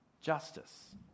justice